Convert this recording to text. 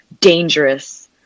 dangerous